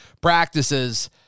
practices